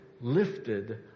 lifted